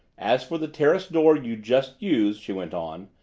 as for the terrace door you just used, she went on,